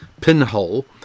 pinhole